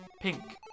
Pink